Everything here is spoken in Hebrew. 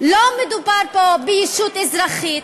לא מדובר פה ברשות אזרחית,